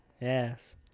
Yes